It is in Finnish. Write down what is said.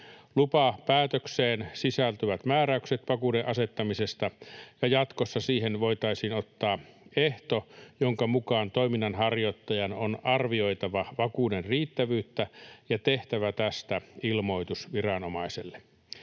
Lupapäätökseen sisältyvät määräykset vakuuden asettamisesta, ja jatkossa siihen voitaisiin ottaa ehto, jonka mukaan toiminnanharjoittajan on arvioitava vakuuden riittävyyttä ja tehtävä tästä ilmoitus viranomaiselle.